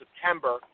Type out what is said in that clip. September